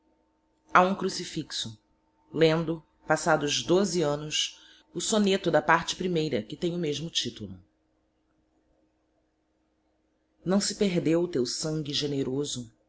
a um crucifixo lendo passados annos o soneto da parte que tem o mesmo titulo não se perdeu teu sangue generoso